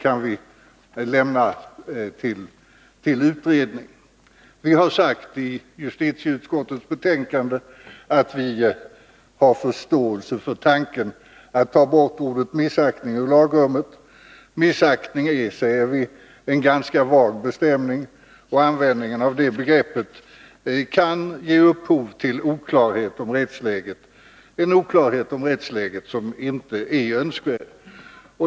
Vi har i justitieutskottets betänkande sagt att vi har förståelse för tanken att ta bort ordet missaktning ur lagrummet. Missaktning är, säger vi, en ganska vag bestämning, och användningen av det begreppet kan ge upphov till en oklarhet om rättsläget som inte är önskvärd.